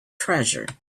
treasure